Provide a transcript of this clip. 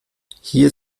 hier